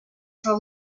for